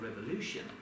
revolution